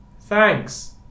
Thanks